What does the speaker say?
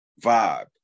vibe